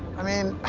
i mean.